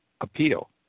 appeal